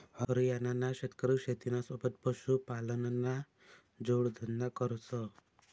हरियाणाना शेतकरी शेतीना सोबत पशुपालनना जोडधंदा करस